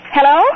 Hello